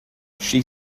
she